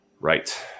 Right